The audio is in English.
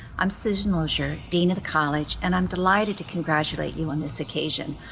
i'm susan lozier, dean of the college and i'm delighted to congratulate you on this occasion.